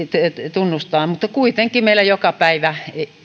jo tunnustavat kuitenkin meillä joka päivä